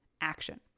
action